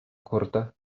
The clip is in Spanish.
corta